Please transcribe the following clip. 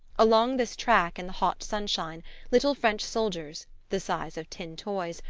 along this track in the hot sunshine little french soldiers, the size of tin toys,